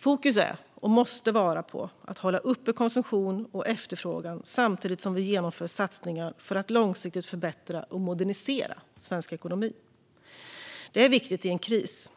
Fokus är och måste vara på att hålla uppe konsumtion och efterfrågan samtidigt som vi genomför satsningar för att långsiktigt förbättra och modernisera svensk ekonomi. Det är viktigt i en kris